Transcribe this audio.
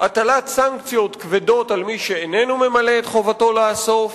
הטלת סנקציות כבדות על מי שאיננו ממלא את חובתו לאסוף